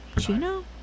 Chino